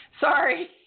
Sorry